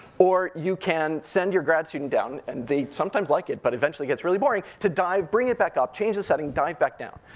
or you can send your grad student down, and they sometimes like it, and but eventually gets really boring, to dive, bring it back up, change the setting, dive back down.